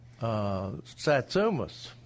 satsumas